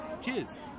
cheers